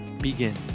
begin